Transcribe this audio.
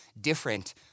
different